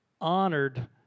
honored